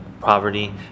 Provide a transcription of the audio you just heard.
poverty